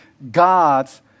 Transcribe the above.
God's